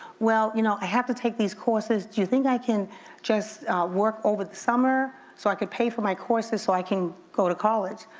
well you know, i have to take these courses. do you think i can just work over the summer so i could pay for my courses so i can go to college?